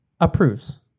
approves